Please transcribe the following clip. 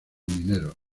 mineros